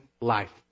life